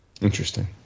Interesting